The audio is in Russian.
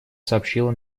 сообщила